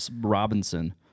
Robinson